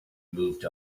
moved